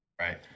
Right